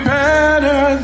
better